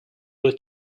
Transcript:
will